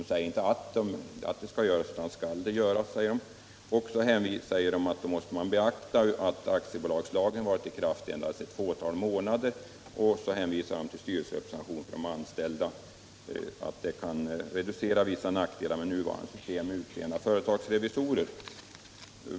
— man säger inte att den skall göras. Vidare säger kommerskollegium att då måste man beakta att aktiebolagslagen varit i kraft endast ett fåtal månader, och man hänvisar till att styrelserepresentationen för de anställda kan reducera vissa nackdelar med nuvarande system för utseende av företagsrevisorer.